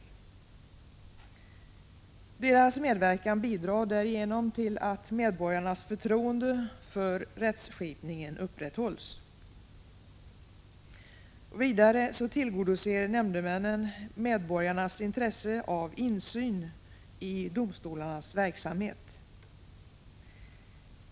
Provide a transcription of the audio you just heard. Nämndemännens medverkan bidrar därigenom till att medborgarnas förtroende för rättsskipningen upprätthålls. Vidare tillgodoser nämndemännen medborgarnas intresse av insyn i domstolarnas verksamhet.